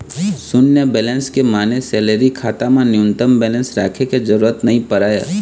सून्य बेलेंस के माने सेलरी खाता म न्यूनतम बेलेंस राखे के जरूरत नइ परय